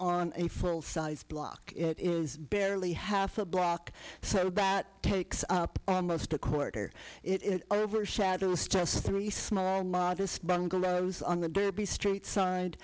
on a full size block it is barely half a block so bad takes up almost a quarter it overshadows just three smile and modest bungalows on the derby street side